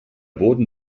boden